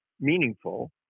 meaningful